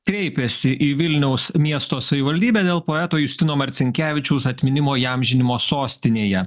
kreipėsi į vilniaus miesto savivaldybę dėl poeto justino marcinkevičiaus atminimo įamžinimo sostinėje